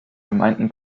gemeinden